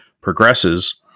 progresses